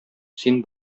син